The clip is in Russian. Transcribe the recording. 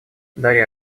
дарья